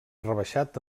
rebaixat